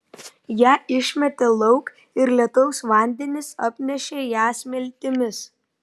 ją išmetė lauk ir lietaus vandenys apnešė ją smiltimis